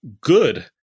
good